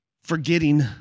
forgetting